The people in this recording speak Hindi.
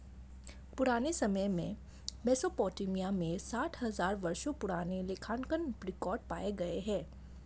पुराने समय में मेसोपोटामिया में सात हजार वर्षों पुराने लेखांकन रिकॉर्ड पाए गए हैं